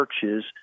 churches